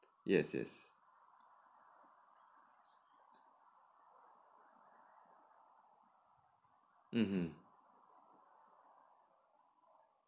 yes yes mmhmm